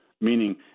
meaning